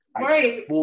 Right